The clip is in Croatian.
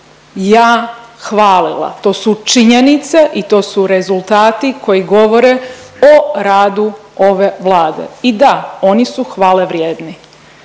ja hvalila, to su činjenice i to su rezultati koji govore o radu ove Vlade i da oni su hvale vrijedni,